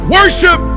Worship